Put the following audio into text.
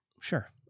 Sure